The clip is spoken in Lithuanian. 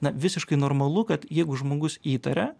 na visiškai normalu kad jeigu žmogus įtaria